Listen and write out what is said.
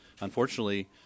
unfortunately